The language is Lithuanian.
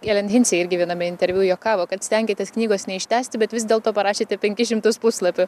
elen hinsi irgi viename interviu juokavo kad stengiatės knygos neištęsti bet vis dėlto parašėte penkis šimtus puslapių